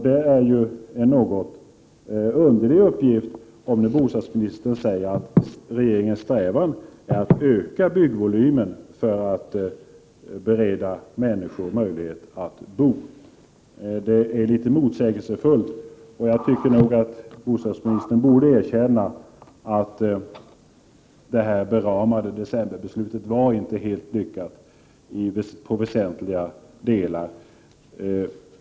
Det är en ganska underlig uppgift när bostadsministern säger att regeringens strävan är att öka byggvolymen för att bereda människor möjlighet att bo. Det är litet motsägelsefullt, och jag tycker nog att bostadsministern borde erkänna att det omdiskuterade decemberbeslutet i väsentliga delar inte var helt lyckat.